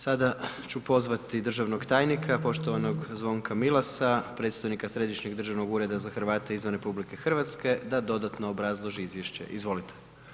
Sada ću pozvati državnog tajnika, poštovanog Zvonka Milasa, predstojnika Središnjeg državnog ureda za Hrvate izvan RH da dodatno obrazloži izvješće, izvolite.